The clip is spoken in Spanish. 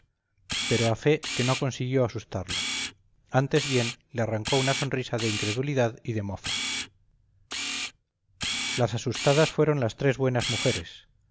pero a fe que no consiguió asustarlo antes bien le arrancó una sonrisa de incredulidad y de mofa las asustadas fueron las tres buenas mujeres